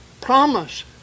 promise